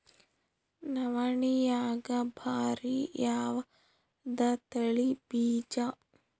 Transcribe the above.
ನವಣಿಯಾಗ ಭಾರಿ ಯಾವದ ತಳಿ ಬೀಜ?